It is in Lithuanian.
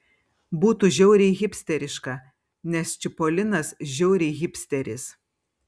būtų žiauriai hipsteriška nes čipolinas žiauriai hipsteris